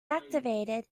activated